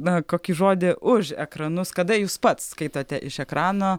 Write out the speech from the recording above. na kokį žodį už ekranus kada jūs pats skaitote iš ekrano